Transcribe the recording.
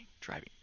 driving